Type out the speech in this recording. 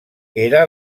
era